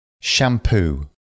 shampoo